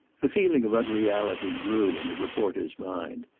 the feeling of unreality grew in the reporter's mind.